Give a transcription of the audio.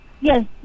Yes